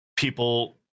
People